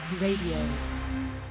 Radio